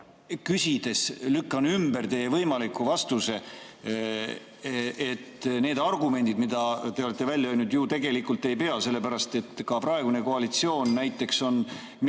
küsides lükkan ümber teie võimaliku vastuse. Need argumendid, mida te olete välja käinud, tegelikult ju ei pea, sellepärast et ka praegune koalitsioon näiteks on